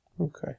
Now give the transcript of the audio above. Okay